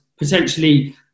Potentially